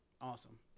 Awesome